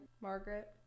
Margaret